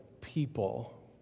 people